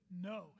No